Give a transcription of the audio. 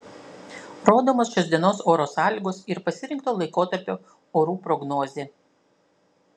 rodomos šios dienos oro sąlygos ir pasirinkto laikotarpio orų prognozė